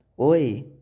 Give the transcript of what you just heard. Oi